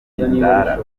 ndara